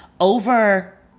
over